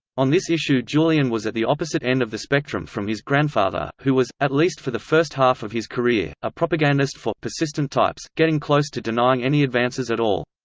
on this issue julian was at the opposite end of the spectrum from his grandfather, who was, at least for the first half of his career, a propagandist for persistent types, getting close to denying any advances at all.